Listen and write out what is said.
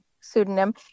pseudonym